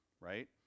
Right